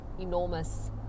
enormous